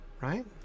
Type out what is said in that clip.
right